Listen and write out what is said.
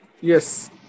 Yes